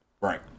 Right